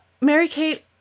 Mary-Kate